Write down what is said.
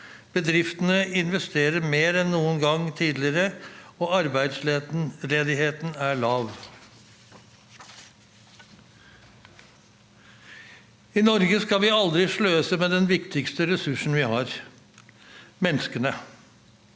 Bedriftene investerer mer enn noen gang tidligere. Arbeidsledigheten er lav. I Norge skal vi aldri sløse med den viktigste ressursen vi har: menneskene.